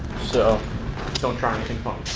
so don't try anything funny.